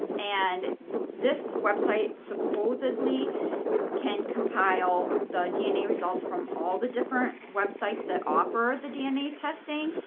and this website supposedly can compile the dna results from all the different websites that offer the dna testing.